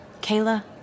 Kayla